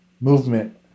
movement